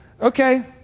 okay